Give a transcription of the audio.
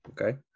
Okay